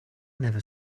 never